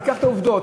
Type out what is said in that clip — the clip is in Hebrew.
ייקח את העובדות,